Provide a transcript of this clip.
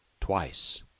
twice